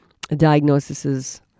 diagnoses